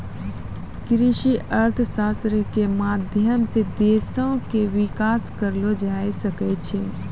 कृषि अर्थशास्त्रो के माध्यम से देशो के विकास करलो जाय सकै छै